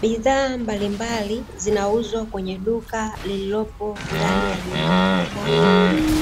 Bidhaa mbalimbali zinauzwa kwenye duka lililopo ndani ya jengo kubwa